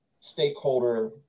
stakeholder